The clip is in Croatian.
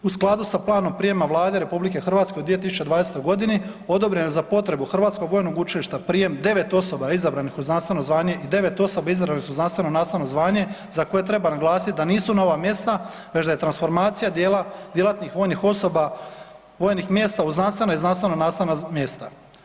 U skladu sa planom prijema Vlade RH, u 2020. g. odobreno je za potrebu Hrvatskog vojnog učilišta prijem 9 osoba izabranih u znanstveno zvanje i 9 osoba izabrano u znanstveno-nastavno zvanje za koje treba naglasit da nisu nova mjesta već da je transformacija djelatnih vojnih osoba, vojnih mjesta u znanstveno i znanstveno-nastavna mjesta.